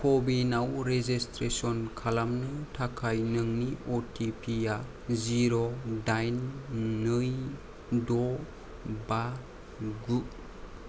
क' विनाव रेजिसट्रेसन खालामनो थाखाय नोंनि अ टि पि आ जिर' दाइन नै द' बा गु